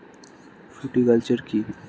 Fruticulture কী?